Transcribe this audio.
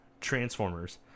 Transformers